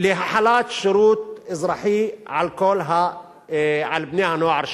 להחלת שירות אזרחי על בני-הנוער שלנו.